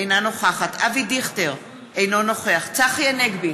אינה נוכחת אבי דיכטר, אינו נוכח צחי הנגבי,